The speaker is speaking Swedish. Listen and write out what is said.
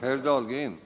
Herr talman!